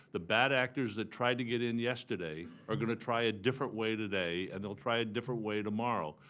the bad actors that tried to get in yesterday are going to try a different way today, and they'll try a different way tomorrow.